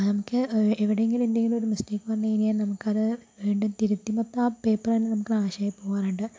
നമുക്ക് എവിടെങ്കിലും എന്തെങ്കിലും ഒരു മിസ്റ്റേക്ക് വന്ന് കഴിഞ്ഞാൽ നമുക്ക് അത് വീണ്ടും തിരുത്തി മൊത്തം ആ പേപ്പറുതന്നെ നമുക്ക് നാശമായി പോവാറുണ്ട്